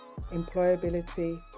employability